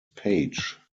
page